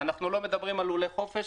אנחנו לא מדברים על לולי חופש.